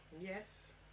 Yes